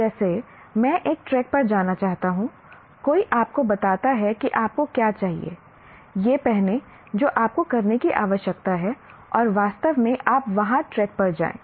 जैसे मैं एक ट्रेक पर जाना चाहता हूं कोई आपको बताता है कि आपको क्या चाहिए यह पहनें जो आपको करने की आवश्यकता है और वास्तव में आप वहां ट्रेक पर जाएं